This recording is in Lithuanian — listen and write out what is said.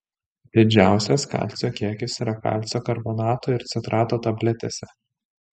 didžiausias kalcio kiekis yra kalcio karbonato ir citrato tabletėse